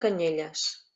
canyelles